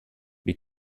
wie